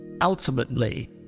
Ultimately